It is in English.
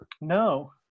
No